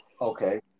Okay